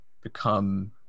become